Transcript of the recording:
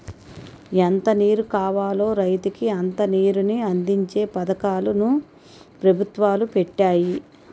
ఎంత నీరు కావాలో రైతుకి అంత నీరుని అందించే పథకాలు ను పెభుత్వాలు పెట్టాయి